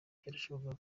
byarashobokaga